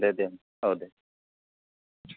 दे दे औ दे